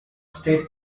state